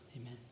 Amen